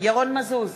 ירון מזוז,